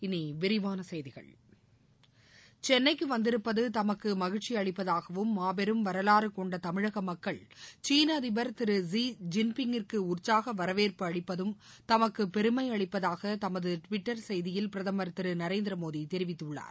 இனி விரிவான செய்திகள் சென்னைக்கு வந்திருப்பது தமக்கு மகிழ்ச்சி அளிப்பதாகவும் மாபெரும் வரவாறு கொண்ட தமிழக மக்கள் சீன அதிபர் திரு லீ ஜின்பிங்கிற்கு உற்சாக வரவேற்பு அளிப்பதும் தமக்கு பெருமை அளிப்பதாக தமது ட்விட்டர் செய்தியில் பிரதமர் நரேந்திர மோடி தெரிவித்துள்ளார்